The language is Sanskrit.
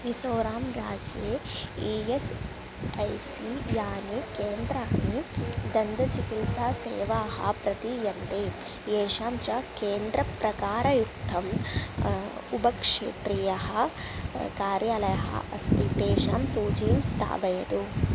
मिसोराम् राज्ये ई एस् ऐ सी यानि केन्द्राणि दन्तचिकित्सासेवाः प्रदीयन्ते येषां च केन्द्रप्रकारयुक्तम् उपक्षेत्रीयः कार्यालयः अस्ति तेषां सूचीं स्थापयतु